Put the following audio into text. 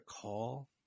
call